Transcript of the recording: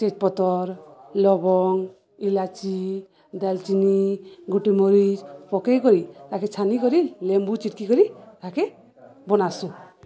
ତେଜ ପତର ଲବଙ୍ଗ ଇଲାଚି ଡାଲଚିନି ଗୁଟିମରିଚ ପକେଇ କରି ତାକେ ଛାନି କରି ଲେମ୍ବୁ ଚିଟକି କରି ତାକେ ବନାସୁଁ